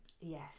Yes